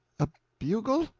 a bugle.